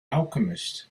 alchemist